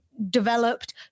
developed